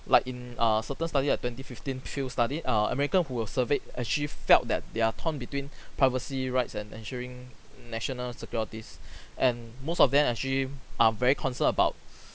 like in err certain study at twenty fifteen field study err american who have surveyed actually felt that they're torn between privacy rights and ensuring national securities and most of them actually are very concerned about